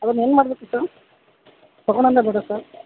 ಅದನ್ನ ಏನು ಮಾಡಬೇಕು ಸರ್ ತಗೊಳೋಣ್ವ ಬೇಡವಾ ಸರ್